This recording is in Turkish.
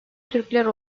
türkler